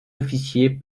officiers